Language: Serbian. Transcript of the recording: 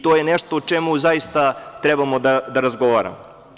To je nešto o čemu zaista treba da razgovaramo.